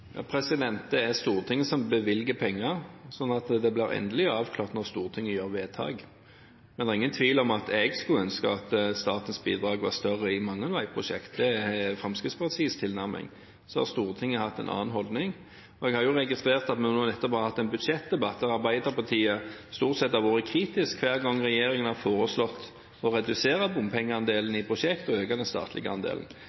Det er Stortinget som bevilger penger, så det blir endelig avklart når Stortinget gjør vedtak. Men det er ingen tvil om at jeg skulle ønske at statens bidrag var større i mange veiprosjekter – det er Fremskrittspartiets tilnærming. Så har Stortinget hatt en annen holdning. Jeg har registrert at vi nå nettopp har hatt en budsjettdebatt der Arbeiderpartiet stort sett har vært kritisk hver gang regjeringen har foreslått å redusere bompengeandelen